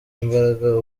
imbaraga